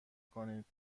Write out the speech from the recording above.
کنید